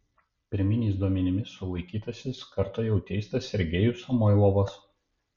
pirminiais duomenimis sulaikytasis kartą jau teistas sergejus samoilovas